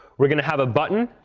we're going to have a button,